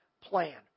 plan